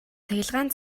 цахилгаан